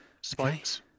Spikes